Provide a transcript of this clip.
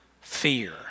fear